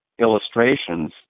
illustrations